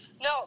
No